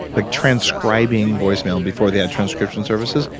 like transcribing voicemail. and before they had transcription services,